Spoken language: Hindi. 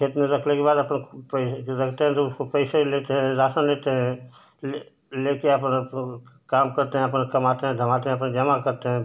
खेत में रखने के बाद पैसे रखते हैं तो उसको पैसे लेते हैं राशन लेते हैं ले लेकर अपना काम करते हैं अपना कमाते हैं धमाते हैं अपना जमा करते हैं फिर